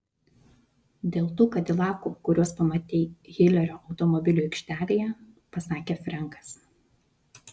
dėl tų kadilakų kuriuos pamatei hilerio automobilių aikštelėje pasakė frenkas